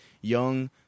young